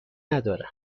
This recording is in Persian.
ندارم